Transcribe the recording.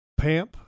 Pamp